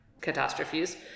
catastrophes